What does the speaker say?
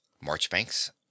Marchbanks